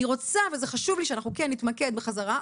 זה חשוב לי שאנחנו כן נתמקד בחזרה.